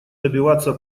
добиваться